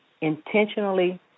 intentionally